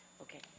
Okay